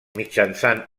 mitjançant